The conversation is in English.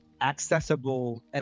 accessible